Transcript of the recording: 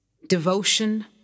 Devotion